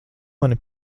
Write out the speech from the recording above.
mani